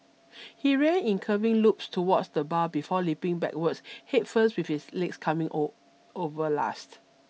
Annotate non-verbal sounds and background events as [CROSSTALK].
[NOISE] he ran in curving loop towards the bar before leaping backwards head first with his legs coming O over last